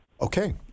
Okay